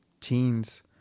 teens